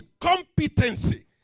competency